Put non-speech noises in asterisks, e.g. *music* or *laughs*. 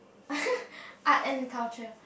*laughs* art and culture